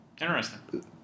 Interesting